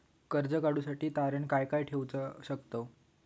कर्ज काढूसाठी तारण काय काय ठेवू शकतव?